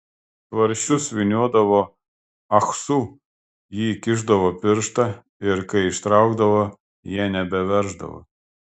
tvarsčius vyniodavo ahsu ji įkišdavo pirštą ir kai ištraukdavo jie nebeverždavo